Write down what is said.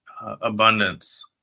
abundance